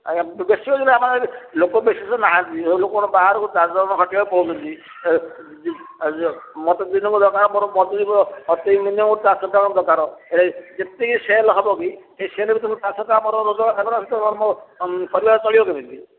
ଆଜ୍ଞା ବେଶି ଆମ ଲୋକ ବେଶି ନାହାନ୍ତି ଲୋକ ବାହାରକୁ ଦାଦନ ଖଟିବାକୁ ପଳଉଛନ୍ତି ମୋତେ ଦିନକୁ ଦରକାର ମୋର ମଜୁୁରୀ ଅତି ମିନିମମ୍ ଚାରିଶହ ଟଙ୍କା ଦରକାର ଏ ଯେତିକି ସେଲ୍ ହେବ କିି ସେ ସେଲ୍ ଭିତରେ ସାତଶହ ଟଙ୍କା ଆମର ରୋଜଗାର ନହେଲେ ପରିବାର ଚଳିବ କେମିତି